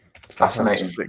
fascinating